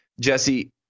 Jesse